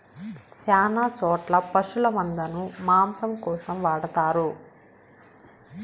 శ్యాన చోట్ల పశుల మందను మాంసం కోసం వాడతారు